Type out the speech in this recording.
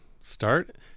start